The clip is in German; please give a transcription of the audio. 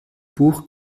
buch